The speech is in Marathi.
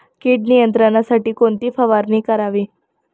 कीड नियंत्रणासाठी कोणती फवारणी करावी?